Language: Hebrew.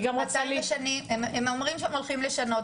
הם אומרים שהם הולכים לשנות,